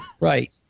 Right